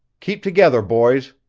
keep together, boys,